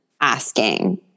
asking